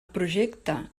projecte